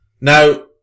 Now